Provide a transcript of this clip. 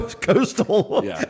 Coastal